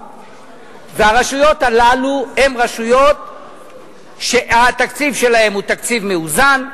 והרשויות הללו הן רשויות שהתקציב שלהן הוא תקציב מאוזן,